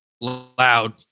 loud